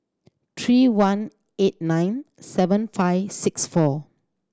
three one eight nine seven five six four